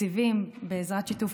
תקציבים בפעם הראשונה בעזרת שיתוף